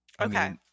Okay